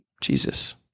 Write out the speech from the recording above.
Jesus